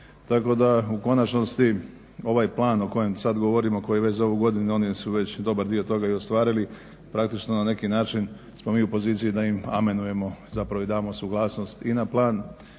Tako da u konačnosti ovaj plan o kojem sad govorimo, koji je već za ovu godinu, donijeli su već dobar dio toga i ostvarili, praktično na neki način smo mi u poziciji da im amenujemo i damo suglasnost i na plan